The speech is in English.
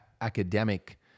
academic